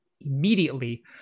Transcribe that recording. immediately